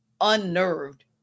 unnerved